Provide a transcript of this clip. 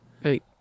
hey